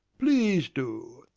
please do!